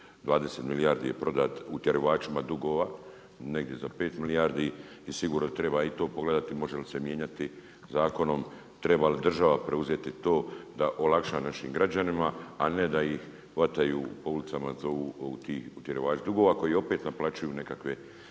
20 milijardi je prodan utjerivačima dugova negdje za 5 milijardi i sigurno treba i to pogledati, može li se mijenjati zakonom, treba li država preuzeti to da olakša našim građanima a ne da ih hvataju po ulicama ti utjerivači dugova koji opet naplaćuju nekakve